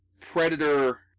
predator